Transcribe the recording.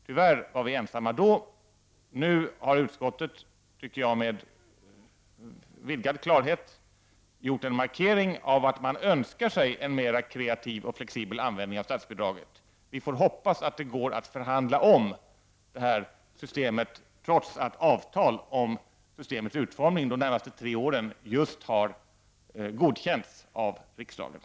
Tyvärr var vi ensamma då. Nu har utskottet med vidgad klarsyn, tycker jag, gjort en markering av att man önskar sig en mera krativ och flexibel användning av statsbidraget. Vi får hoppas att det går att omförhandla det här systemet, trots att avtal om systemets utformning under de närmaste tre åren just har godkänts av riksdagen.